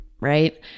right